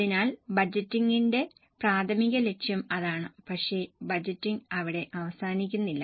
അതിനാൽ ബജറ്റിംഗിന്റെ പ്രാഥമിക ലക്ഷ്യം അതാണ് പക്ഷേ ബജറ്റിംഗ് അവിടെ അവസാനിക്കുന്നില്ല